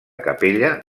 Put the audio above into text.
capella